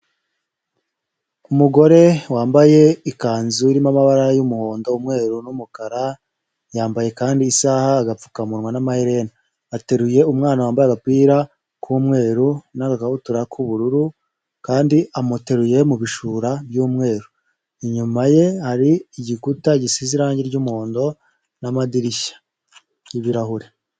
Umugore wambaye ikanzu irimo amabara y'umuhondo, umweru n'umukara, yambaye kandi isaha agapfukamunwa n'amaherena. Ateruye umwana wambaye agapira k'umweru n'agakabutura k'ubururu, kandi amuteruye mu bishura by'umweru. Inyuma ye hari igikuta gisize irangi ry'umuhondo n'amadirishya y'ibirahure.